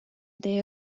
teie